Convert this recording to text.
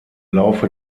laufe